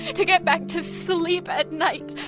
yeah to get back to sleep at night,